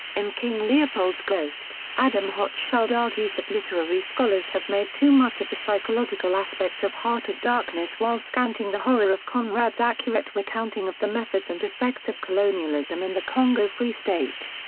in king leopold's ghost, adam hochschild argues that literary scholars have made too much of the psychological aspects of heart of darkness while scanting the horror of conrad's accurate recounting of the methods and effects of colonialism in the congo free state.